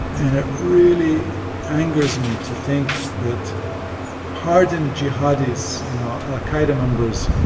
and it really angers me to think that hardened jihadis, you know, al-qaida members,